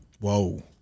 Whoa